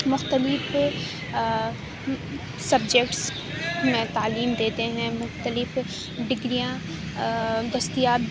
مختلف سبجیکٹس میں تعلیم دیتے ہیں مختلف ڈگریاں دستیاب